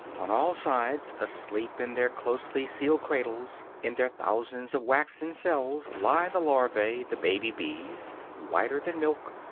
on all sides, asleep in their closely-sealed cradles, in their thousands of waxen cells, lie the larvae, the baby bees, whiter than milk,